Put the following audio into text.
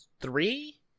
three